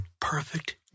perfect